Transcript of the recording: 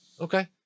Okay